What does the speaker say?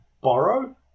borrow